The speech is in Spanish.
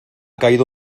caído